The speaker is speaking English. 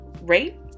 rate